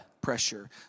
pressure